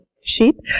sheep